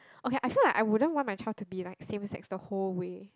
okay I feel like I wouldn't want my child to be like same sex the whole way